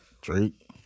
Drake